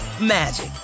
magic